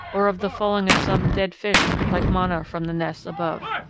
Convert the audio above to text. or of the falling of some dead fish like manna from the nests above.